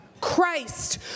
Christ